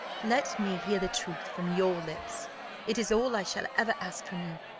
let me hear the truth from your lips it is all i shall ever ask from you.